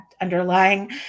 underlying